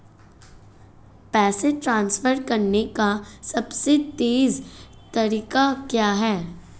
पैसे ट्रांसफर करने का सबसे तेज़ तरीका क्या है?